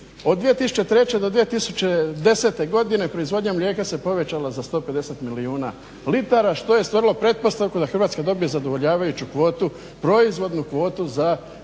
Od 2003. do 2010. godine proizvodnja mlijeka se povećala za 150 milijuna litara što je stvorilo pretpostavku da Hrvatska dobije zadovoljavajuću kvotu proizvodnu kvotu za mlijeko.